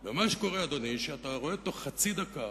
ומה שקורה, אדוני, שאתה רואה תוך חצי דקה